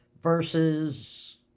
versus